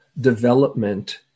development